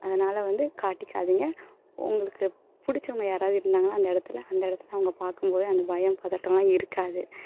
அதனால வந்து காட்டிக்காதீங்க உங்களுக்குப் பிடிச்சவங்க யாராவது இருந்தாங்கன்னால் அந்த இடத்துல அந்த இடத்துல அவங்க பார்க்கும் போது அந்த பயம் பதட்டம்லாம் இருக்காது